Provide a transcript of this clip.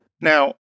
Now